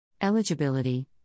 Eligibility